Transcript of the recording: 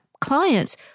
clients